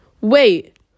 wait